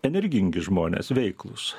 energingi žmonės veiklūs